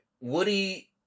Woody